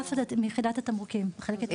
מיחידת התמרוקים.